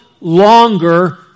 longer